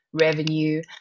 revenue